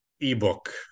ebook